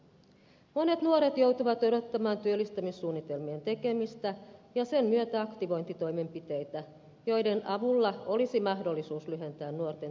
monet nuoret joutuvat odottamaan työllistämissuunnitelmien tekemistä ja sen myötä aktivointitoimenpiteitä joiden avulla olisi mahdollisuus lyhentää nuorten työttömyysaikaa